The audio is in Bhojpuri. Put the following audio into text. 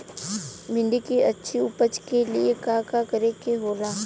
भिंडी की अच्छी उपज के लिए का का करे के होला?